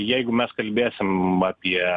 jeigu mes kalbėsim apie